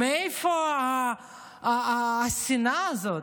מאיפה השנאה הזאת?